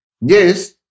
Yes